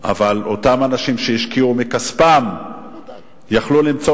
אבל אותם אנשים שהשקיעו מכספים יכלו למצוא